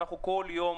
כל יום,